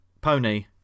Pony